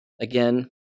Again